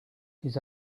his